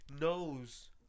knows